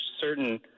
certain –